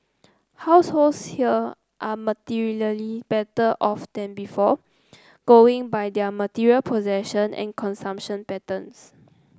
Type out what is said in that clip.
households here are materially better off than before going by their material possession and consumption patterns